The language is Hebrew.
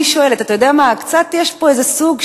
אני שואלת, אתה יודע מה, יש פה קצת איזה סוג,